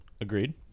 Agreed